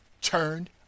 turned